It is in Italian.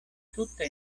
tutta